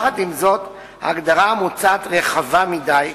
עם זאת, ההגדרה המוצעת רחבה מדי,